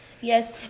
Yes